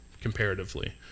comparatively